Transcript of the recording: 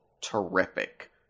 terrific